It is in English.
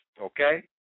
okay